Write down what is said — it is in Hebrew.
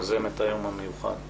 יוזמת היום המיוחד,